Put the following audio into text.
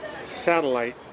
satellite